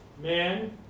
man